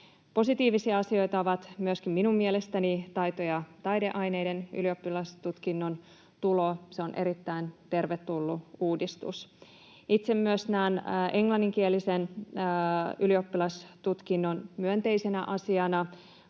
Positiivinen asia on minun mielestäni myöskin taito- ja taideaineiden tulo ylioppilastutkintoon. Se on erittäin tervetullut uudistus. Itse näen myös englanninkielisen ylioppilastutkinnon myönteisenä asiana.